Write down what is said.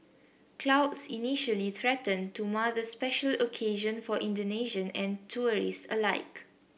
clouds initially threatened to mar the special occasion for Indonesians and tourists alike